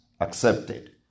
accepted